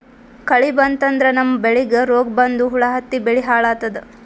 ಕಳಿ ಬಂತಂದ್ರ ನಮ್ಮ್ ಬೆಳಿಗ್ ರೋಗ್ ಬಂದು ಹುಳಾ ಹತ್ತಿ ಬೆಳಿ ಹಾಳಾತದ್